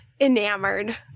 enamored